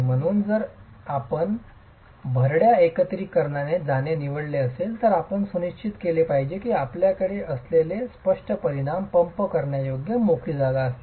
म्हणून जर आपण भरडग्या एकत्रिकरणाने जाणे निवडले असेल तर आपण हे सुनिश्चित केले पाहिजे की आपल्याकडे असलेले स्पष्ट परिमाण पंप करण्यायोग्य मोकळी जागा असतील